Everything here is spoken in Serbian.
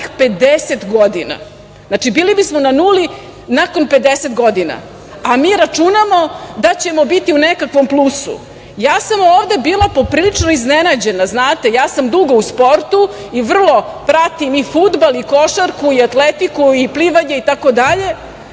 50 godina. Znači, bili bismo na nuli nakon 50 godina. A mi računamo da ćemo biti u nekakvom plusu. Ja sam ovde bila poprilično iznenađena. Znate, ja sam dugo u sportu i vrlo pratim i fudbal i košarku i atletiku i plivanje itd. Ja